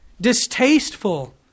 distasteful